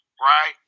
right